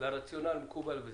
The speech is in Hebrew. והרציונל מקובל,